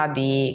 di